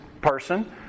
person